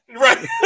Right